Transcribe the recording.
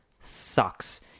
sucks